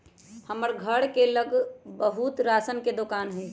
हमर घर के लग बहुते राशन के दोकान हई